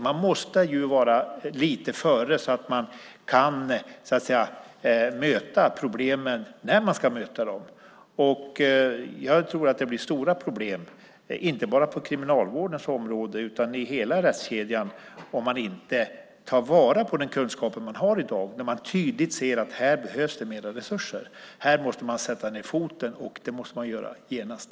Man måste vara lite före så att man kan möta problemen när man ska möta dem. Jag tror att det blir stora problem, inte bara på kriminalvårdens område utan i hela rättskedjan, om man inte tar vara på den kunskap man har i dag när man tydligt ser att här behövs det mer resurser. Här måste man sätta ned foten, och det måste man göra genast.